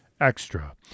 Extra